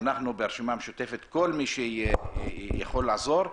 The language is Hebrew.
אנחנו ברשימה המשותפת פונים לכל מי שיכול לעזור,